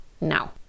now